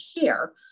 care